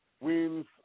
wins